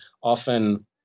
often